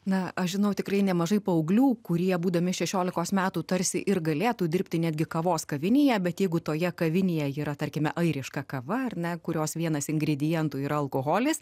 na aš žinau tikrai nemažai paauglių kurie būdami šešiolikos metų tarsi ir galėtų dirbti netgi kavos kavinėje bet jeigu toje kavinėje yra tarkime airiška kava ar ne kurios vienas ingredientų yra alkoholis